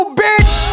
bitch